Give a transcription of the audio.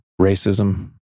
racism